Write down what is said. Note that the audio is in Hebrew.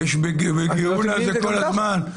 בגאולה זה כל הזמן.